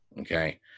Okay